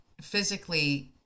physically